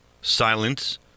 silence